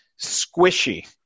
squishy